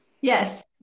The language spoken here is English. Yes